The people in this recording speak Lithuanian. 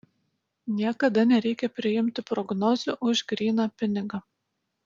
niekada nereikia priimti prognozių už gryną pinigą